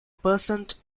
percent